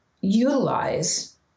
utilize